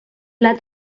blat